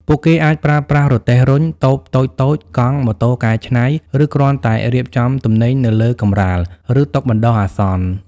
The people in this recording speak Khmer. ពួកគេអាចប្រើប្រាស់រទេះរុញ តូបតូចៗ កង់ ម៉ូតូកែច្នៃ ឬគ្រាន់តែរៀបចំទំនិញនៅលើកម្រាល ឬតុបណ្តោះអាសន្ន ។